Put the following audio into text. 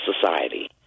society